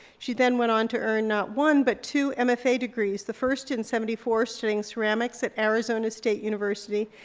she then went on to earn not one but two mfa degrees. the first in seventy four, studying ceramics at arizona state university.